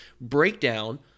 BREAKDOWN